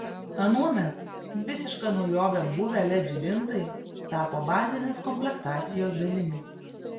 anuomet visiška naujove buvę led žibintai tapo bazinės komplektacijos dalimi